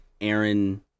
Aaron